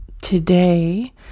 Today